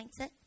mindset